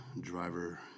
Driver